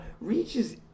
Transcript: reaches